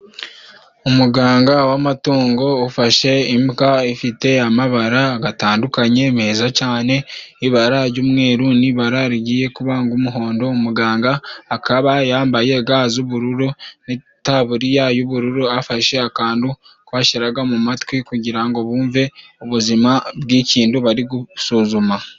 Umuganga w'amatungo ufashe imbwa ifite amabara gatandukanye meza cane, ibara ry'umweru n'ibara rigiye kuba ng'umuhondo. Muganga akaba yambaye ga z'ubururu n'itaburiya y'ubururu, afashe akandu ko bashyiraga mu matwi kugira ngo bumve ubuzima bw'ikindu bari gusuzuma.